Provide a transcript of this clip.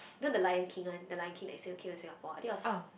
then the Lion-King one the Lion-King that came to Singapore I think it was